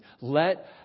Let